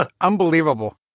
Unbelievable